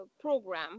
program